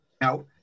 Now